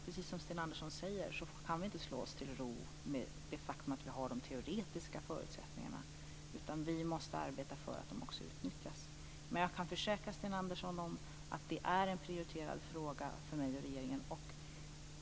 Precis som Sten Andersson säger kan vi inte slå oss till ro med det faktum att vi har de teoretiska förutsättningarna, utan vi måste arbeta för att de också utnyttjas. Jag kan försäkra Sten Andersson om att det här är en prioriterad fråga för mig och regeringen.